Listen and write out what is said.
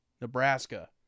Nebraska